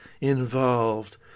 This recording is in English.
involved